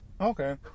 okay